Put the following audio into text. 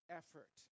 effort